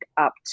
up